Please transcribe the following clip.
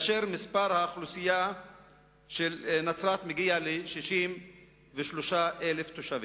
מספר תושביה מגיע ל-63,000 תושבים.